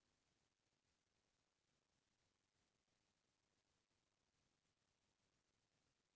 आज स्वच्छ भारत योजना म घरो घर सउचालय बनाए जावत हे